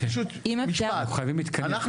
אנחנו חייבים להתכנס, חברים.